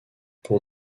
pour